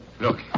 Look